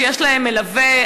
שיש להם מלווה,